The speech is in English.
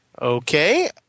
Okay